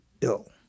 ill